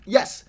Yes